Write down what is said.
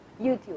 YouTube